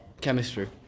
chemistry